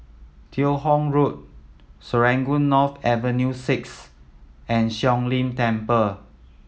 Teo Hong Road Serangoon North Avenue Six and Siong Lim Temple